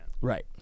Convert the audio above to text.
Right